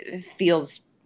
feels